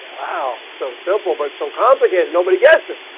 wow, it's so simple but so complicated. nobody gets it